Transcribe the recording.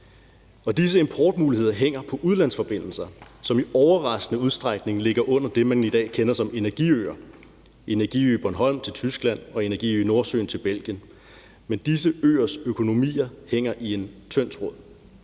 Disse importmuligheder hænger på udlandsforbindelser, som i overraskende udstrækning ligger under dem, man i dag kender som energiøer: Energiø Bornholm med forbindelse til Tyskland og Energiø Nordsøen med forbindelse til Belgien. Men disse øers økonomier hænger i en tynd tråd,